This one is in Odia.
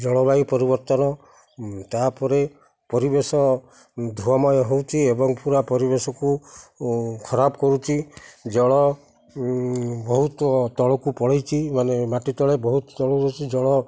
ଜଳବାୟୁ ପରିବର୍ତ୍ତନ ତା'ପରେ ପରିବେଶ ଧୂଆଁମୟ ହେଉଛି ଏବଂ ପୁରା ପରିବେଶକୁ ଖରାପ କରୁଛି ଜଳ ବହୁତ ତଳକୁ ପଳାଇଛି ମାନେ ମାଟି ତଳେ ବହୁତ ତଳକୁ ଜଳ